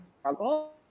struggle